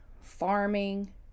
farming